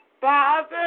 Father